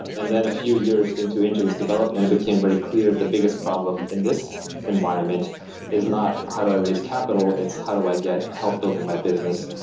and then a few years into angellist's development, it became very clear that the biggest problem in this environment is not how do i raise capital, it's how do i get help building my business,